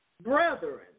Brethren